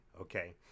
okay